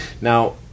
Now